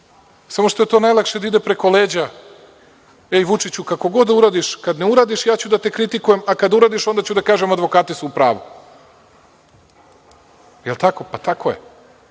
samo što je najlakše da ide preko leđa – ej, Vučiću, kako god da uradiš, kad ne uradiš, ja ću da te kritikujem, a kad uradiš onda ću da kažem - advokati su u pravu. Jel tako? Pa tako